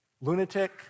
lunatic